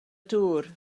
dŵr